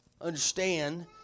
understand